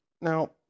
Now